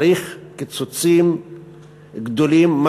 צריך קיצוצים גדולים,